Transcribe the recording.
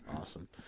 awesome